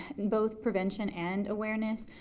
and both prevention and awareness,